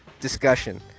discussion